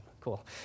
cool